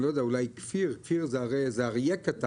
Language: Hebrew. אני לא יודע, אולי כפיר, כפיר זה אריה קטן,